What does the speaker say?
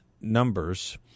numbers